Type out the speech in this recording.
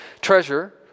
treasure